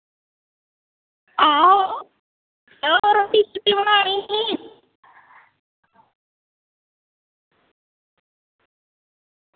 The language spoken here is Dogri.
आओ यरो रुट्टी बनानी ही